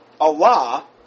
Allah